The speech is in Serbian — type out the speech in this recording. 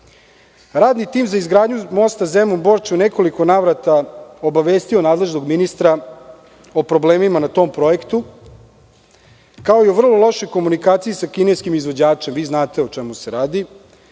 Radni tim za izgradnju mosta Zemun-Borča je u nekoliko navrata obavestio nadležnog ministra o problemima na tom projektu, kao i o vrlo lošoj komunikaciji sa kineskim izvođačem. Vi znate o čemu se